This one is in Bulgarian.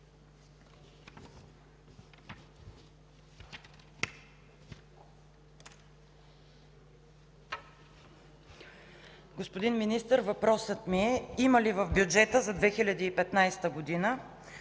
Господин Министър, въпросът ми е: има ли в бюджета за 2015 г.